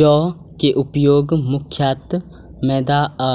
जौ के उपयोग मुख्यतः मैदा आ